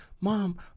mom